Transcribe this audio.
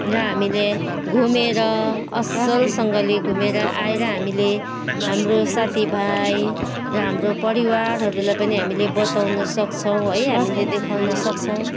र हामीले घुमेर असलसँगले घुमेर आएर हामीले हाम्रो साथीभाइ र हाम्रो परिवारहरूलाई पनि हामीले बताउन सक्छौँ है हामीले देखाउन सक्छौँ